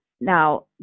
Now